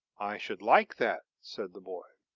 i should like that, said the boy.